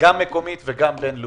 גם מקומית וגם בין-לאומית.